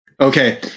Okay